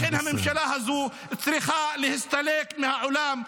לכן הממשלה הזו צריכה להסתלק מהעולם.